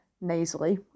nasally